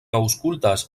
aŭskultas